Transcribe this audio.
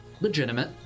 legitimate